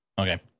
Okay